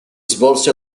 svolse